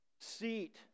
seat